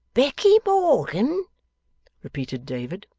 becky morgan repeated david.